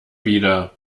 wieder